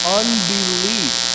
unbelief